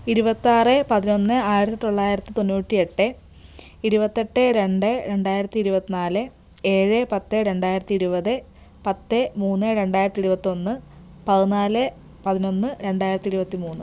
ഇരുപത്താറ് പതിനൊന്ന് ആയിരത്തിത്തൊള്ളായിരത്തി തൊണ്ണൂറ്റി എട്ട് ഇരുപത്തെട്ട് രണ്ട് രണ്ടായിരത്തി ഇരുപത്തിനാല് ഏഴ് പത്ത് രണ്ടായിരത്തി ഇരുപത് പത്ത് മൂന്ന് രണ്ടായിരത്തി ഇരുപത്തൊന്ന് പതിനാല് പതിനൊന്ന് രണ്ടായിരത്തി ഇരുപത്തിമൂന്ന്